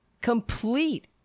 complete